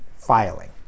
filing